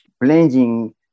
blending